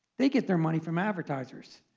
they get their money from advertisers.